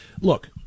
Look